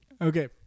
Okay